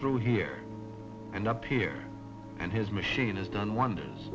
through here and up here and his machine is done wonders